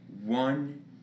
One